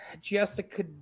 Jessica